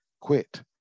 quit